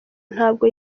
ntabwo